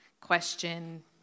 question